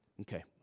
Okay